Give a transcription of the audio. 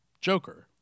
Joker